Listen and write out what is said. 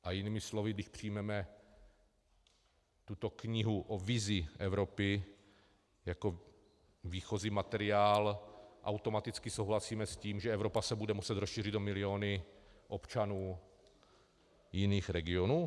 A jinými slovy, když přijmeme tuto knihu o vizi Evropy jako výchozí materiál, automaticky souhlasíme s tím, že Evropa se bude muset rozšířit o miliony občanů jiných regionů?